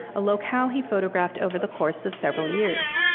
a locale he photographed over the course of several years.